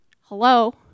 Hello